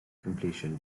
completion